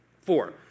Four